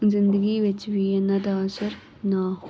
ਜਿੰਦਗੀ ਵਿੱਚ ਵੀ ਇਹਨਾਂ ਦਾ ਅਸਰ ਨਾ ਹੋ